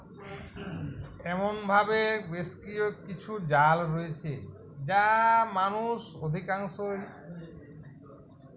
এমনভাবে বেশ কিও কিছু জাল রয়েছে যা মানুষ অধিকাংশই